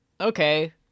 okay